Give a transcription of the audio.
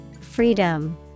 Freedom